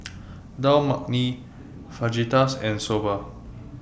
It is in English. Dal Makhani Fajitas and Soba